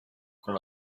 con